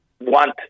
want